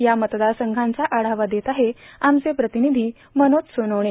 या मतदारसंघाचा आढावा देत आहेत आमचे प्रतिनिधी मनोज सोनोने